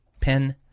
pen